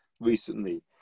recently